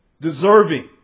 Deserving